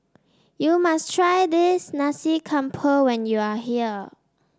you must try this Nasi Campur when you are here